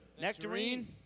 Nectarine